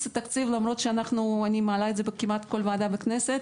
התקציב למרות שאני מעלה את זה כמעט בכל ועדה בכנסת.